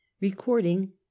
Recording